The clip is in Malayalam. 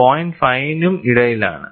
54 നും ഇടയിലാണ്